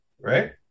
right